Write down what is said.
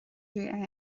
dom